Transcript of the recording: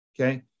Okay